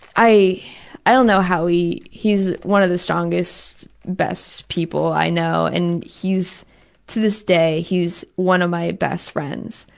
i i don't know how he he's one of the strongest, best people i know. and to this day, he's one of my best friends.